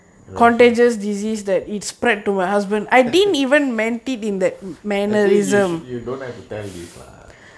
ya disease I think you shou~ you don't have to tell this lah